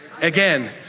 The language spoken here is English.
again